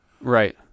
Right